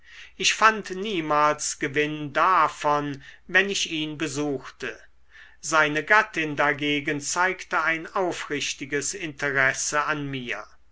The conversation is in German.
ich fand niemals gewinn davon wenn ich ihn besuchte seine gattin dagegen zeigte ein aufrichtiges interesse an mir